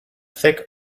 thick